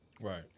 right